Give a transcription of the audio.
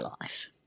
life